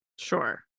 Sure